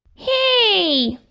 hey!